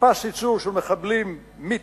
פס ייצור של מחבלים מתאבדים.